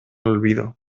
olvido